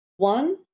One